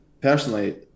personally